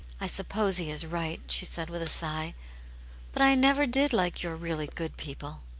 i suppose he is right, she said, with a sigh but i never did like your really good people.